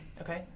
Okay